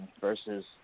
versus